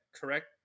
correct